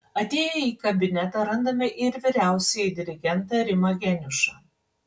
atėję į kabinetą randame ir vyriausiąjį dirigentą rimą geniušą